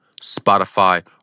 Spotify